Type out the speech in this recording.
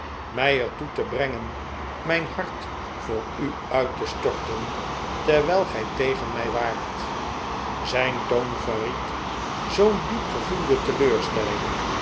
mij er toe te brengen mijn hart voor u uit te storten terwijl gij tegen mij waart zijn toon verried zoo'n diep gevoelde teleurstelling